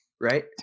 right